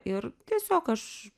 ir tiesiog aš